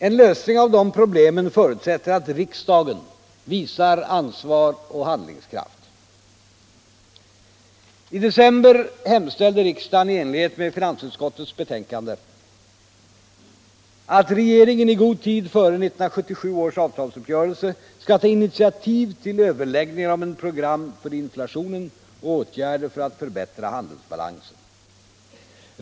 En lösning på dessa problem förutsätter att riksdagen visar ansvar och handlingskraft. I december hemställde riksdagen i enlighet med finansutskottets betänkande om att regeringen i god tid före 1977 års avtalsrörelse skall ta initiativ till överläggningar om ett program mot inflationen och om åtgärder för att förbättra handelsbalansen.